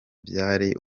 byari